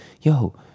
Yo